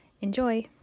Enjoy